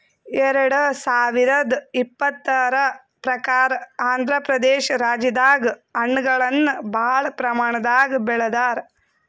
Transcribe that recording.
ಎರಡ ಸಾವಿರದ್ ಇಪ್ಪತರ್ ಪ್ರಕಾರ್ ಆಂಧ್ರಪ್ರದೇಶ ರಾಜ್ಯದಾಗ್ ಹಣ್ಣಗಳನ್ನ್ ಭಾಳ್ ಪ್ರಮಾಣದಾಗ್ ಬೆಳದಾರ್